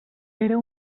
era